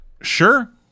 Sure